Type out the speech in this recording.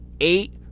eight